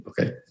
Okay